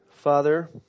Father